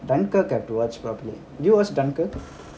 dunkirk have to watch properly did you watch dunkirk